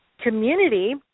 community